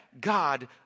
God